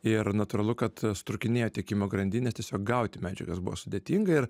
ir natūralu kad trūkinėjo tiekimo grandinės tiesiog gauti medžiagas buvo sudėtinga ir